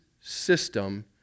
system